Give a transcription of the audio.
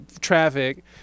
traffic